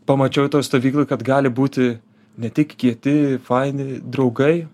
pamačiau toj stovykloj kad gali būti ne tik kieti faini draugai